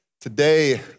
Today